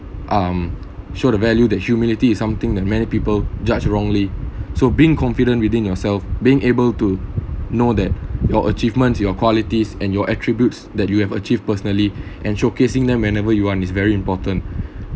um show the value that humanity is something that many people judge wrongly so being confident within yourself being able to know that your achievements your qualities and your attributes that you have achieved personally and showcasing them whenever you want is very important